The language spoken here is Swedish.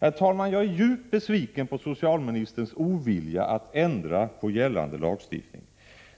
Herr talman! Jag är djupt besviken på socialministerns ovilja att ändra gällande lagstiftning.